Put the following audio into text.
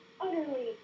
utterly